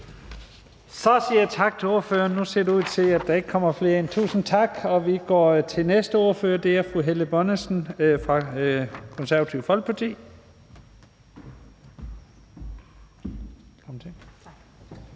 Så siger jeg tak til ordføreren. Nu ser det ud til, at der ikke kommer flere til. Vi går til næste ordfører, og det er fru Helle Bonnesen fra Det Konservative Folkeparti. Kl.